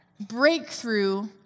breakthrough